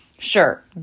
Sure